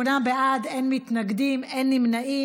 שמונה בעד, אין מתנגדים, אין נמנעים.